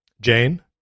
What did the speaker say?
Jane